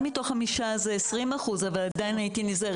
1 מתוך 5 זה 20% אבל עדיין הייתי נזהרת.